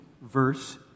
verse